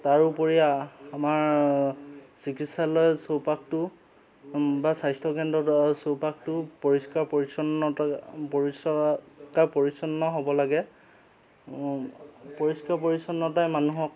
তাৰোপৰি আমাৰ চিকিৎসালয় চৌপাশটো বা স্বাস্থ্যকেন্দ্ৰৰ চৌপাশটো পৰিষ্কাৰ পৰিচ্ছন্নতা পৰিচয় পৰিচ্ছন্ন হ'ব লাগে পৰিষ্কাৰ পৰিচ্ছন্নতাই মানুহক